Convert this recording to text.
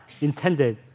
intended